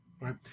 right